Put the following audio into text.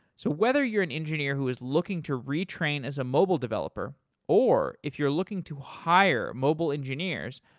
so whether you're an engineer who's looking to retrain as a mobile developer or if you're looking to hire mobile engineers,